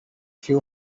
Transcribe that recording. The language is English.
few